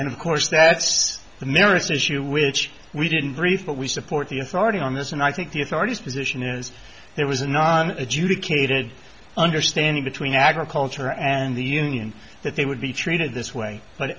and of course that's the merest issue which we didn't brief but we support the authority on this and i think the authorities position is it was not adjudicated understanding between agriculture and the union that they would be treated this way but